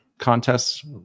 contests